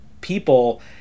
people